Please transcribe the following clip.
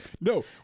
No